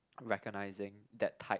recognizing that type